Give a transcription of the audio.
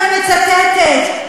ואני מצטטת,